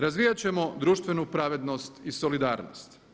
Razvijat ćemo društvenu pravednost i solidarnost.